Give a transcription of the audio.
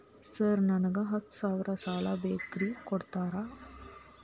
Sir ನನಗ ಹತ್ತು ಸಾವಿರ ಸಾಲ ಬೇಕ್ರಿ ಕೊಡುತ್ತೇರಾ?